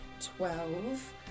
twelve